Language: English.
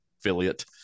affiliate